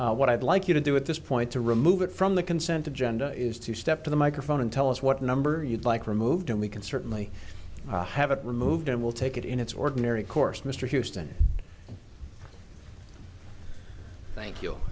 what i'd like you to do at this point to remove it from the consent agenda is to step to the microphone and tell us what number you'd like removed and we can certainly have it removed and we'll take it in its ordinary course mr houston thank